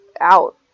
out